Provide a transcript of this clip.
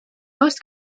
most